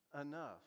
enough